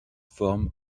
forme